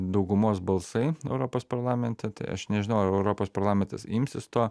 daugumos balsai europos parlamente tai aš nežinau ar europos parlamentas imsis to